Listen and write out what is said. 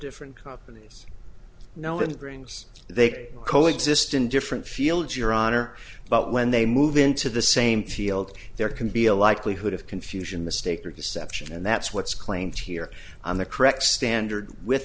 different companies know in dreams they coexist in different fields your honor but when they move into the same field there can be a likelihood of confusion mistake or deception and that's what's claims here on the correct